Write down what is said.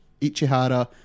Ichihara